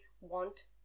want